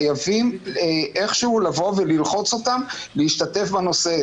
חייבים ללחוץ אותם להשתתף בנושא.